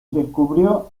descubrió